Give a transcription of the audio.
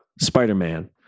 Spider-Man